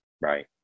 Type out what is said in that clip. Right